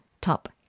top